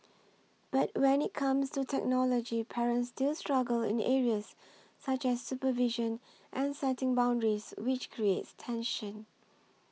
but when it comes to technology parents still struggle in areas such as supervision and setting boundaries which creates tension